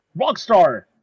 rockstar